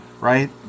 right